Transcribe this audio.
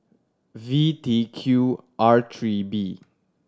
V T Q R three B